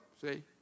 see